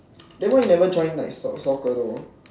then why you never join like soccer though